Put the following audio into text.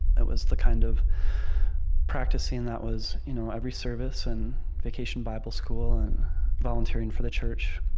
it was the kind of practicing that was you know every service and vacation bible school and volunteering for the church.